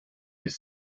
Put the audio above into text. his